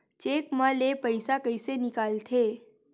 Cheque म ले पईसा कइसे निकलथे?